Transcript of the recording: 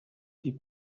die